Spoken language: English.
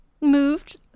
moved